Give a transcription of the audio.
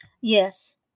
Yes